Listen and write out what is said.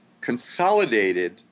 consolidated